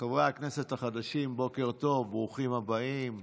חברי הכנסת החדשים, בוקר טוב, ברוכים הבאים.